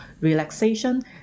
relaxation